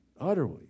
utterly